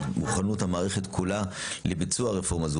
מוכנות המערכת כולה לביצוע הרפורמה הזאת,